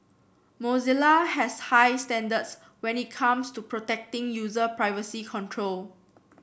Mozilla has high standards when it comes to protecting user privacy control